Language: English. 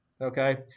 okay